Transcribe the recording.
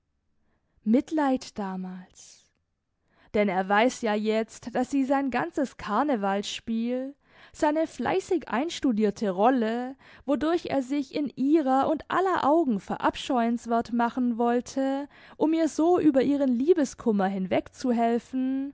mitleid damals denn er weiß ja jetzt daß sie sein ganzes karnevalsspiel seine fleißig einstudierte rolle wodurch er sich in ihrer und aller augen verabscheuenswert machen wollte um ihr so über ihren liebeskummer hinweg